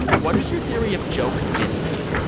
what is your theory of joke density?